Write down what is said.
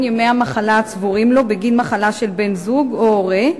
ימי המחלה הצבורים לו בגין מחלה של בן-זוג או הורה,